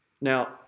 Now